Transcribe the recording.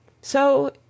So